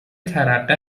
ترقه